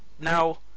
now